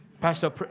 Pastor